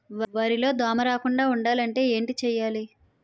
వరిలో దోమ రాకుండ ఉండాలంటే ఏంటి చేయాలి?